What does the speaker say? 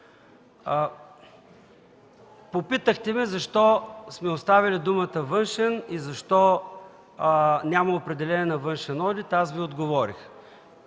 Попитахте ме защо сме оставили думата „външен” и защо няма определение на „външен одит” – аз Ви отговорих.